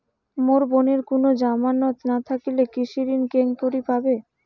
মোর বোনের কুনো জামানত না থাকিলে কৃষি ঋণ কেঙকরি পাবে?